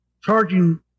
charging